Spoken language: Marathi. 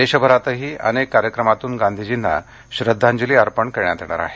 देशभरातही अनेक कार्यक्रमातून गांधीजींना श्राद्धांजली अर्पण करण्यात येणार आहे